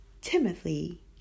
Timothy